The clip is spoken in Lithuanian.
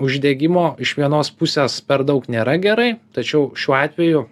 uždegimo iš vienos pusės per daug nėra gerai tačiau šiuo atveju